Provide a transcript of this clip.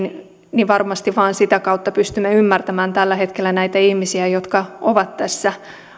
varmasti vain sitä kautta pystymme ymmärtämään tällä hetkellä näitä ihmisiä jotka ovat tässä